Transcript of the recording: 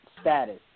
status